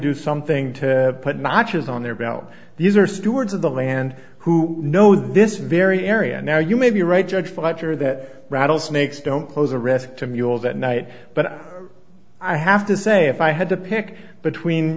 do something to put notches on their bow these are stewards of the land who know this very area now you may be right judge fighter that rattlesnakes don't pose a risk to mules at night but i have to say if i had to pick between